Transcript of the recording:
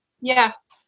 yes